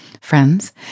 friends